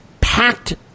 packed